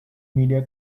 media